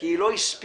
כי היא לא הספיקה,